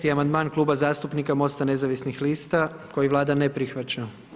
Peti amandman Kluba zastupnika Mosta nezavisnih lista koji Vlada ne prihvaća.